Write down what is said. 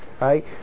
Right